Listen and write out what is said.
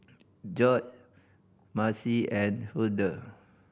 Gorge Marci and Hulda